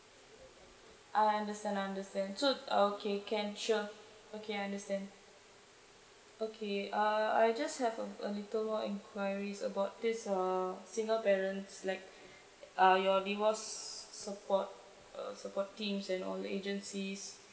ah I understand I understand so okay can sure okay I understand okay uh I just have a a little more enquiries about this uh single parents like uh your divorce support teams and all agencies